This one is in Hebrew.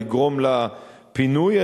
לגרום לפינוי,